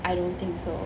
I don't think so